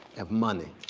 of money,